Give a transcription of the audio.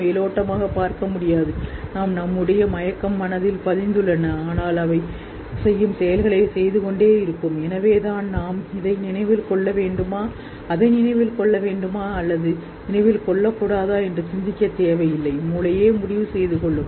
மறைப்புகள்நினைவிழந்த மனதின் கீழ் அது செய்துக்கொண்டேயிருக்காங்கஎப்படியும் ஆகவே எனக்கு கிடைத்த அபராதத்தை நாம் ஏன் தொந்தரவு செய்ய வேண்டும் நான் அதை நினைவகத்தில் வைத்திருக்க வேண்டுமா அல்லது அதை நினைவில் வைத்திருக்க வேண்டாமா மூளை தீர்மானிக்கும்